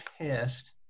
pissed